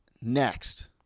Next